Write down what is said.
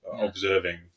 observing